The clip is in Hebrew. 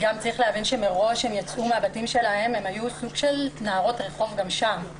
צריך להבין שמראש כשהן יצאו מהבתים הן היו סוג של נערות רחוב גם שם.